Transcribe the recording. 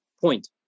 point